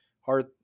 hard